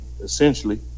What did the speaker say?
essentially